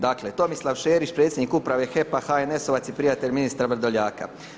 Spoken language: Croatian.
Dakle, Tomislav Šerić predsjednik uprave HEP-a HNS-ovac i prijatelj ministra Vrdoljaka.